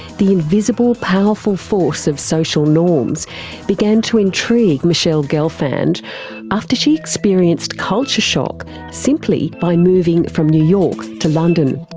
the invisible powerful force of social norms began to intrigue michele gelfand after she experienced culture shock simply by moving from new york to london.